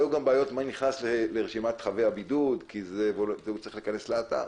היו גם בעיות עם מי נכנס לרשימת חייבי הבידוד כי הוא צריך להיכנס לאתר,